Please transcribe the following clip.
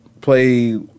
play